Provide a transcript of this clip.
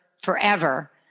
forever